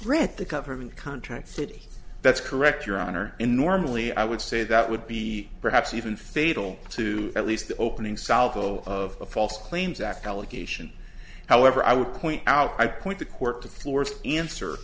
read the government contracts it that's correct your honor in normally i would say that would be perhaps even fatal to at least the opening salvo of a false claims act allegation however i would point out i point the court